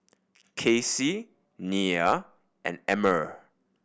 Kacy Nia and Emmer